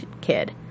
kid